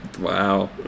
Wow